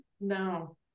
no